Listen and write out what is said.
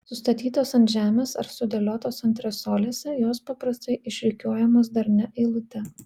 sustatytos ant žemės ar sudėliotos antresolėse jos paprastai išrikiuojamos darnia eilute